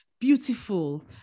beautiful